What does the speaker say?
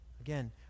Again